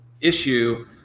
issue